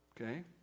Okay